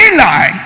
Eli